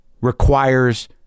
requires